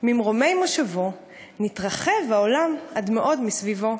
/ ממרומי מושבו נתרחב העולם עד מאוד מסביבו.